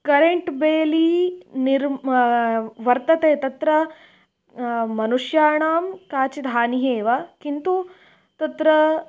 current बेली निर्म् वर्तते तत्र मनुष्याणां काचित् हानिः एव किन्तु तत्र